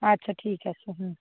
আচ্ছা ঠিক আছে হুম